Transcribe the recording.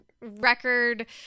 record